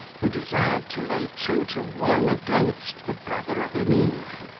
who desired to lay two to one against the brother of emilia.